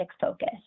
focus